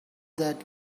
that